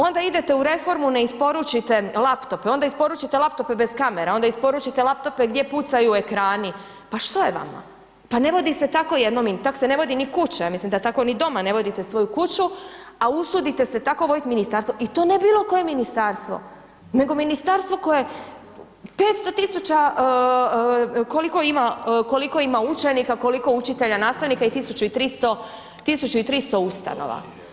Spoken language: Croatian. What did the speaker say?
Onda idete u reformu ne isporučite laptope, onda isporučite laptope bez kamera, onda isporučite laptope gdje pucaju ekrani, pa što je vama, pa ne vodi se tako jedno, tak se ne vodi ni kuća mislim da tako ni doma ne vodite svoju kuću, a usudite se tako voditi ministarstvo i to ne bilo koje ministarstvo, nego ministarstvo koje 500.000 koliko ima, koliko ima učenika, koliko učitelja, nastavnika i 1.300, 1.300 ustanova.